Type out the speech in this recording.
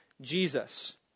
Jesus